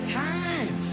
time